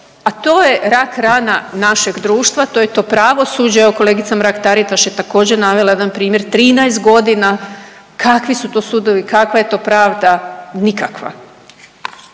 a to je rak rana našeg društva, to je to pravosuđe, evo, kolegica Mrak-Taritaš je također, navela jedan primjer, 13 godina, kakvi su to sudovi, kakva je to pravda? Nikakva.